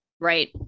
Right